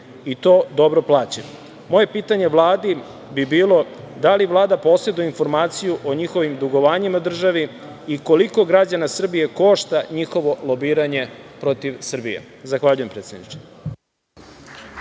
i to dobro plaćen. Moje pitanje Vladi bi bilo – da li Vlada poseduje informaciju o njihovim dugovanjima državi i koliko građane Srbije košta njihovo lobiranje protiv Srbije? Zahvaljujem, predsedniče.